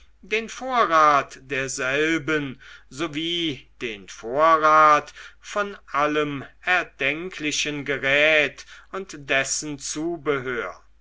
den vorrat derselben sowie den vorrat von allem erdenklichen geräte und dessen zubehör